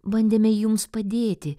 bandėme jums padėti